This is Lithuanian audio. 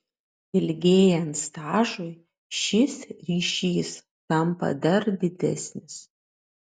ilgėjant stažui šis ryšys tampa dar didesnis